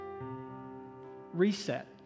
reset